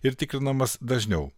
ir tikrinamas dažniau